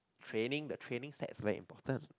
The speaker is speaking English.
training the training side very important